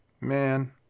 Man